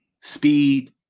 speed